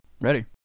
Ready